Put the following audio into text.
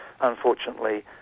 unfortunately